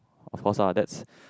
of course lah that's